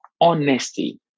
honesty